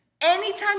anytime